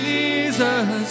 Jesus